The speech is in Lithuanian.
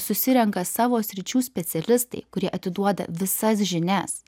susirenka savo sričių specialistai kurie atiduoda visas žinias